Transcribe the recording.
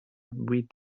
with